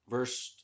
Verse